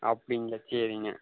அப்படிங்ளா சரிங்க